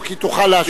לא, כי תוכל להשיב.